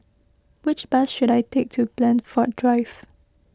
which bus should I take to Blandford Drive